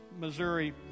Missouri